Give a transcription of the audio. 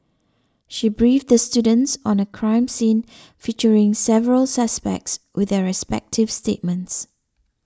she briefed the students on a crime scene featuring several suspects with their respective statements